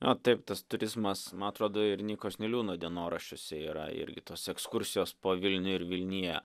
o taip tas turizmas man atrodo ir nykos niliūno dienoraščiuose yra irgi tose ekskursijos po vilnių ir vilniją